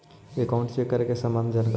Account check के सम्बन्ध जानकारी?